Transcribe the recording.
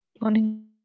Morning